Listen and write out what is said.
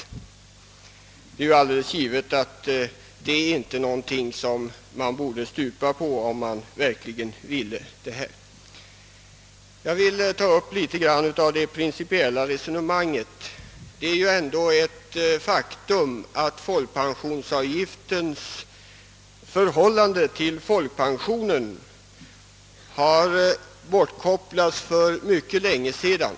Självfallet stupa vi inte på att genomföra ett sådant förslag, om vi verkligen vill genomföra det. Vad sedan det principiella resonemanget beträffar är det ju ett faktum att folkpensionsavgiftens förhållande till folkpensionen har kopplats bort för länge sedan.